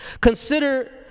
Consider